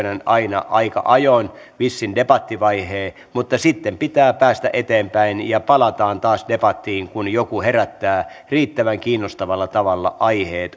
myönnän aina aika ajoin vissin debattivaiheen mutta sitten pitää päästä eteenpäin ja palataan taas debattiin kun joku herättää riittävän kiinnostavalla tavalla aiheet